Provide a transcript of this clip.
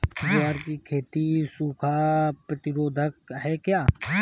ग्वार की खेती सूखा प्रतीरोधक है क्या?